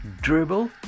Dribble